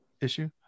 issue